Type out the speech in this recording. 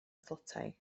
tlotai